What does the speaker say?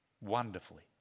wonderfully